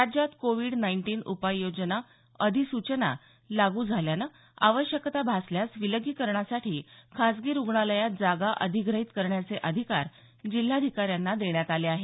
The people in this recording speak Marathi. राज्यात कोवीड नाईन्टिन उपाययोजना अधिसूचना लागू झाल्यानं आवश्यकता भासल्यास विलगीकरणासाठी खाजगी रुग्णालयात जागा अधिग्रहित करण्याचे अधिकार जिल्हाधिकाऱ्यांना देण्यात आले आहेत